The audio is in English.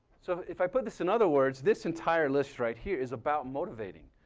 so if i put this in other words, this entire list right here is about motivating.